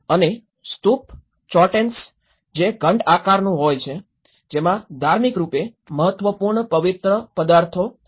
અને સ્તૂપ ચોર્ટેન્સ જે ઘંટ આકારનું હોય છે જેમાં ધાર્મિક રૂપે મહત્વપૂર્ણ પવિત્ર પદાર્થો હોય છે